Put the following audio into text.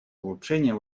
улучшения